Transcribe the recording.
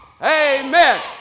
amen